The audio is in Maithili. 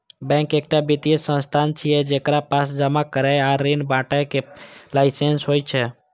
बैंक एकटा वित्तीय संस्थान छियै, जेकरा पास जमा करै आ ऋण बांटय के लाइसेंस होइ छै